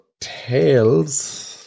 Tails